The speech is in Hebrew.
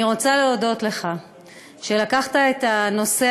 אני רוצה להודות לך על שלקחת את הנושא